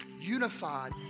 unified